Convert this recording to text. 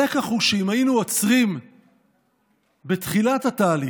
הוא שאם היינו עוצרים בתחילת התהליך,